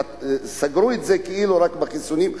וסגרו את זה כאילו רק בחיסונים,